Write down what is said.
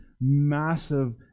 massive